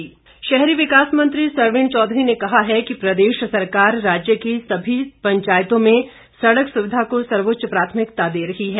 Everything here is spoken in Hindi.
सरवीण शहरी विकास मंत्री सरवीण चौधरी ने कहा है कि प्रदेश सरकार राज्य के सभी पंचायतों में सड़क सुविधा को सर्वोच्च प्राथमिकता प्रदान कर रही है